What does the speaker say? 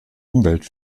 umwelt